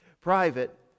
private